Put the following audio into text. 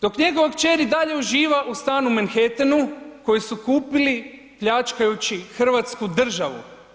Dok njegova kćer i dalje uživa u stanu u Manhattanu koji su kupili pljačkajući Hrvatsku državu.